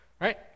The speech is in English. right